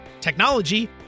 technology